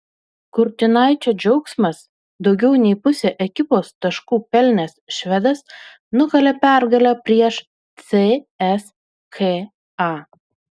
kurtinaičio džiaugsmas daugiau nei pusę ekipos taškų pelnęs švedas nukalė pergalę prieš cska